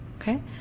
Okay